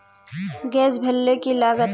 Gas भरले की लागत?